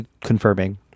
confirming